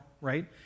right